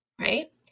right